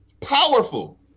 powerful